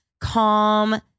calm